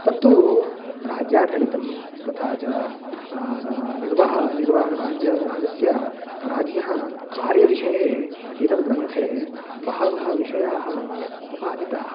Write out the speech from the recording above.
तत्तु राज्याढलितं तथा च निर्वह निर्व राज्य राज्यस्य राज्ञः कार्यविषये एतद्ग्रन्थे बहवः विषयाः उपपादिताः